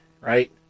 right